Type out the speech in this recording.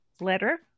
letter